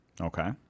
okay